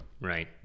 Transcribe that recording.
right